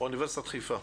מאוניברסיטת חיפה,